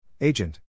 Agent